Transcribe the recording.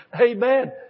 Amen